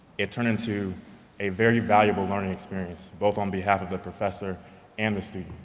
it turned into a very valuable learning experience, both on behalf of the professor and the student.